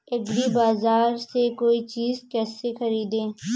एग्रीबाजार से कोई चीज केसे खरीदें?